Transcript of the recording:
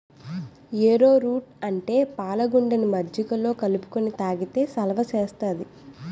ఏరో route అంటే పాలగుండని మజ్జిగలో కలుపుకొని తాగితే సలవ సేత్తాది